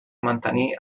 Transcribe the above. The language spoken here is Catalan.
mantenir